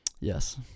Yes